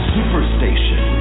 Superstation